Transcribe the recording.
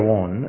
on